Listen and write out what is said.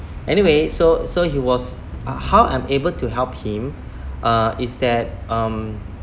anyway so so he was uh how I'm able to help him uh is that um